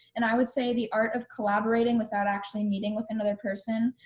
and i would say the art of collaborating without actually meeting with another person.